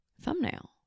thumbnail